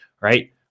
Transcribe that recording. right